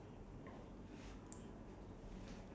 you circle I circle ya no point